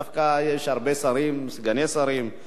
דווקא יש הרבה שרים, סגני שרים.